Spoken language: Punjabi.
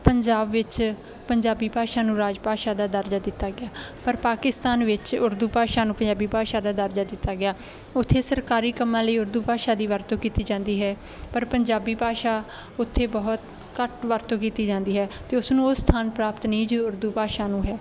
ਪੰਜਾਬ ਵਿੱਚ ਪੰਜਾਬੀ ਭਾਸ਼ਾ ਨੂੰ ਰਾਜ ਭਾਸ਼ਾ ਦਾ ਦਰਜਾ ਦਿੱਤਾ ਗਿਆ ਪਰ ਪਾਕਿਸਤਾਨ ਵਿੱਚ ਉਰਦੂ ਭਾਸ਼ਾ ਨੂੰ ਪੰਜਾਬੀ ਭਾਸ਼ਾ ਦਾ ਦਰਜਾ ਦਿੱਤਾ ਗਿਆ ਉੱਥੇ ਸਰਕਾਰੀ ਕੰਮਾਂ ਲਈ ਉਰਦੂ ਭਾਸ਼ਾ ਦੀ ਵਰਤੋਂ ਕੀਤੀ ਜਾਂਦੀ ਹੈ ਪਰ ਪੰਜਾਬੀ ਭਾਸ਼ਾ ਉੱਥੇ ਬਹੁਤ ਘੱਟ ਵਰਤੋਂ ਕੀਤੀ ਜਾਂਦੀ ਹੈ ਅਤੇ ਉਸ ਨੂੰ ਉਹ ਸਥਾਨ ਪ੍ਰਾਪਤ ਨਹੀਂ ਜੋ ਉਰਦੂ ਭਾਸ਼ਾ ਨੂੰ ਹੈ